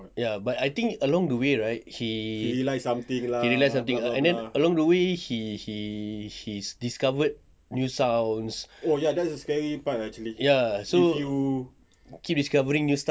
ya but I think along the way right he he realised something lah and then along the way he he he he discovered new sounds ya so keep discovering new stuff right